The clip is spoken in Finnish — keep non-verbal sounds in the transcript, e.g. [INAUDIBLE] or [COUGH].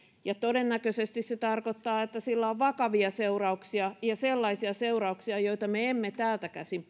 ja todennäköisesti se tarkoittaa että sillä on vakavia seurauksia ja sellaisia seurauksia joita me emme täältä käsin [UNINTELLIGIBLE]